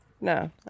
No